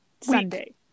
Sunday